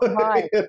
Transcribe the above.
right